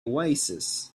oasis